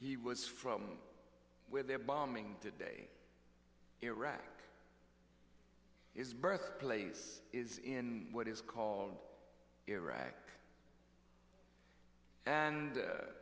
he was from where they're bombing today iraq his birthplace is in what is called iraq and